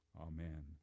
amen